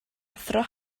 athro